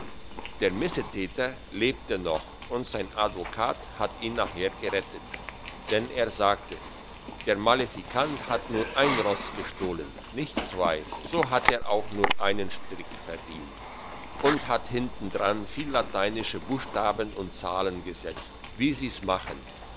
der missetäter lebte noch und sein advokat hat ihn nachher gerettet denn er sagte der malefikant hat nur ein ross gestohlen nicht zwei so hat er auch nur einen strick verdient und hat hinten dran viel lateinische buchstaben und zahlen gesetzt wie sie's machen